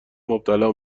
مبتلا